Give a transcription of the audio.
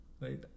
right